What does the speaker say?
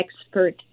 expert